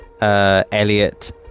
Elliot